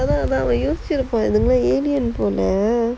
அதான் அவன் யோசிச்சு இருப்பான்:athaan avan yosichu irupaan